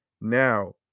Now